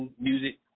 music